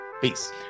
Peace